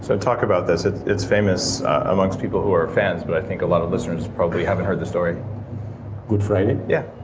so talk about this, it's it's famous amongst people who are fans, but i think a lot of listeners probably haven't heard the story good friday? yeah